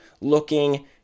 looking